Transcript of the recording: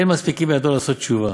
אין מספיקין בידו לעשות תשובה.